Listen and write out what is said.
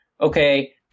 Okay